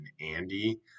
Andy